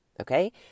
Okay